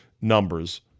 numbers